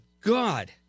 God